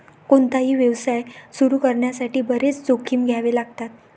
कोणताही व्यवसाय सुरू करण्यासाठी बरेच जोखीम घ्यावे लागतात